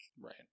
Right